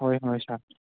ꯍꯣꯏ ꯍꯣꯏ ꯁꯥꯔ